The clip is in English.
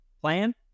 plan